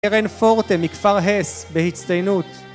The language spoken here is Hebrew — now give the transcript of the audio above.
קרן פורטה מכפר הס, בהצטיינות